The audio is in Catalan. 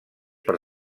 per